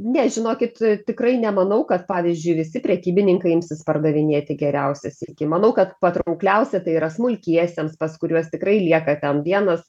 ne žinokit tikrai nemanau kad pavyzdžiui visi prekybininkai imsis pardavinėti geriausias iki manau kad patraukliausia tai yra smulkiesiems pas kuriuos tikrai lieka ten vienas